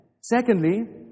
Secondly